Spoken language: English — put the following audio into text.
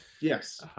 Yes